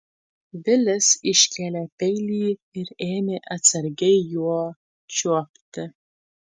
vilis iškėlė peilį ir ėmė atsargiai juo čiuopti